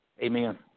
Amen